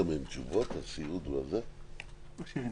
זה לא